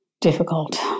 difficult